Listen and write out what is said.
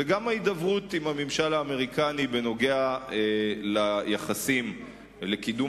וגם ההידברות עם הממשל האמריקני במה שקשור ליחסים ולקידום